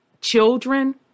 children